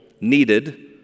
needed